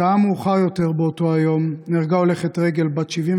שעה מאוחר יותר באותו היום נהרגה הולכת רגל בת 71,